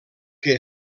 que